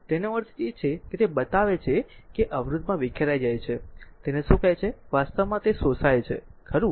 તેનો અર્થ એ છે કે તે બતાવે છે કે r જે અવરોધમાં વિખેરાઈ જાય છે તેને શું કહે છે વાસ્તવમાં તે શોષાય છે ખરું